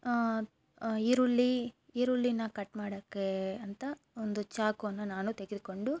ಈರುಳ್ಳಿ ಈರುಳ್ಳಿನ ಕಟ್ ಮಾಡೋಕೆ ಅಂತ ಒಂದು ಚಾಕುವನ್ನು ನಾನು ತೆಗೆದುಕೊಂಡು